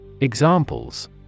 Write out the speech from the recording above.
Examples